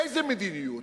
איזו מדיניות?